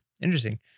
Interesting